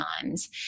times